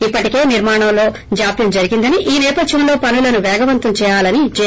ఇప్పటికే నిర్మాణంలో జాప్యం జరిగిందని ఈ నేపధ్యంలో పనులను పేగవంతం చేయాలని జె